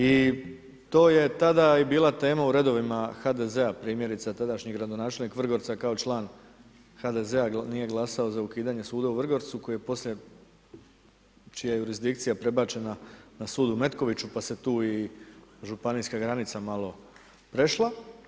I to je tada bila tema u redovima HDZ-a, primjerice gradonačelnik Vrgorca kao član HDZ-a nije glasao za ukidanje suda u Vrgorcu koji je poslije, čija je jurisdikcija prebačena na sud u Metkoviću pa se tu i županijska granica malo prešla.